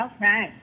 Okay